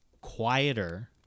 quieter